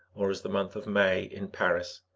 or as the month of may in paris.